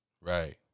Right